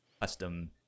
custom